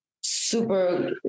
super